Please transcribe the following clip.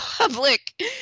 Public